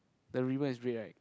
the ribbon is red right